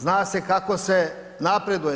Zna se kako se napreduje.